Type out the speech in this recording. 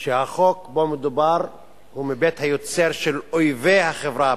שהחוק שבו מדובר הוא מבית היוצר של אויבי החברה הפתוחה.